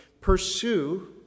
pursue